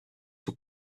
were